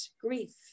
grief